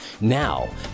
Now